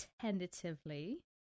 tentatively